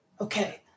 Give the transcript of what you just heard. Okay